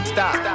Stop